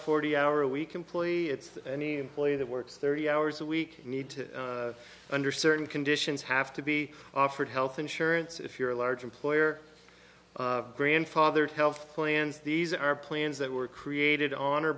forty hour a week employee it's any employee that works thirty hours a week need to under certain conditions have to be offered health insurance if you're a large employer grandfathered health plans these are plans that were created on or